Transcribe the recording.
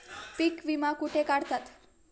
पीक विमा कुठे काढतात?